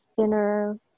inner